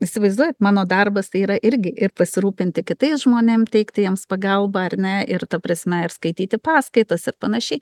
įsivaizduojat mano darbas tai yra irgi ir pasirūpinti kitais žmonėm teikti jiems pagalbą ar ne ir ta prasme ir skaityti paskaitas ir panašiai